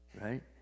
right